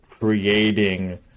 creating